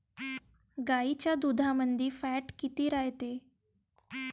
गाईच्या दुधामंदी फॅट किती रायते?